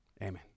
Amen